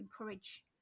encourage